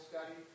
study